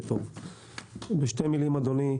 אדוני,